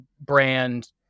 brand